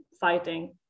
fighting